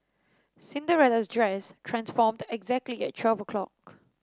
Cinderella's dress transformed exactly at twelve o'clock